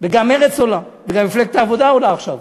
וגם מרצ עולה, וגם מפלגת העבודה עולה עכשיו.